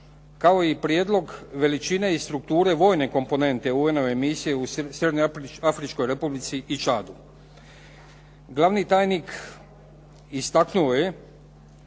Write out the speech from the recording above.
kao i prijedlog veličine i strukture vojne komponente UN-ove misije u Srednjeafričkoj Republici i Čadu. Glavni tajnik istkano je